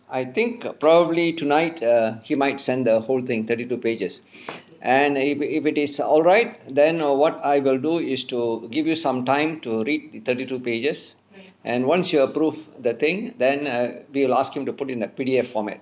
I think probably tonight err he might send the whole thing thirty two pages and if it if it is alright then err what I will do is to give you some time to read the thirty two pages and once you approve the thing then err we'll ask him to put in a P_D_F format